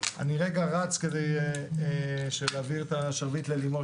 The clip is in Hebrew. אני רץ כדי להעביר את השרביט ללימור,